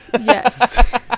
Yes